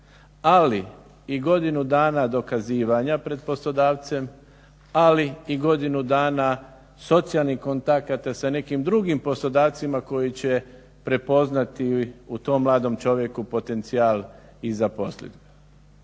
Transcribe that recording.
ali i godinu dana dokazivanja pred poslodavcem, ali i godinu dana socijalnih kontakata sa nekim drugim poslodavcima koji će prepoznati u tom mladom čovjeku potencijal i zaposliti ga.